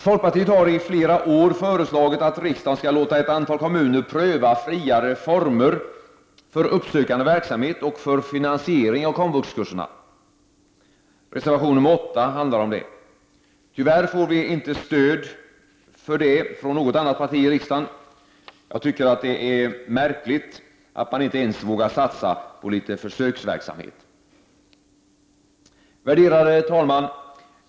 Folkpartiet har i flera år föreslagit att riksdagen skall låta ett antal kommuner pröva friare former för uppsökande verksamhet och för finansiering av komvuxkurserna. Reservation nr 8 handlar om det. Tyvärr får vi inte stöd för det från något annat parti i riksdagen. Jag tycker att det är märkligt att man inte vågar satsa ens på litet försöksverksamhet. Värderade talman!